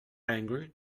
angry